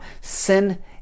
sin